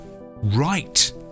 right